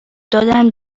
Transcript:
دادن